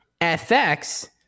FX